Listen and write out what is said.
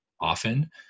often